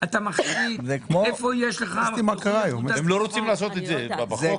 אתה מחשיד איפה יש לך נוכחות --- הם לא רוצים לעשות את זה בחוק.